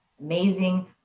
amazing